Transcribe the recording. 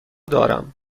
دارم